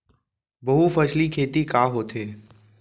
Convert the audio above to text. बहुफसली खेती का होथे?